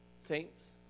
saints